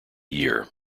year